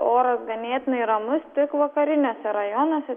oras ganėtinai ramus tik vakariniuose rajonuose